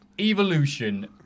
Evolution